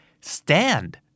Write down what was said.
Stand